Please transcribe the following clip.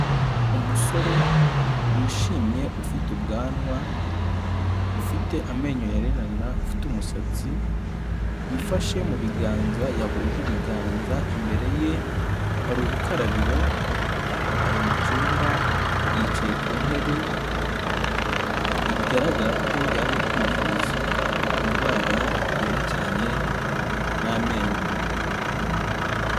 Umusore wishimye ufite ubwanwa, ufite amenyo yererana, ufite umusatsi wifashe mu biganza, yahuje ibiganza imbere ye hari ubukarabiro ari mu cyumba, yicaye ku ntebe bigaragara ko yaje kwivuza indwara yerekeranye n'amenyo.